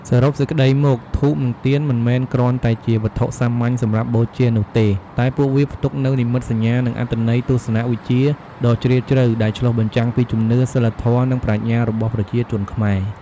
សរុបសេចក្ដីមក ធូប និងទៀន មិនមែនគ្រាន់តែជាវត្ថុសាមញ្ញសម្រាប់បូជានោះទេ តែពួកវាផ្ទុកនូវ និមិត្តសញ្ញា និងអត្ថន័យទស្សនវិជ្ជាដ៏ជ្រាលជ្រៅ ដែលឆ្លុះបញ្ចាំងពីជំនឿ សីលធម៌ និងប្រាជ្ញារបស់ប្រជាជនខ្មែរ។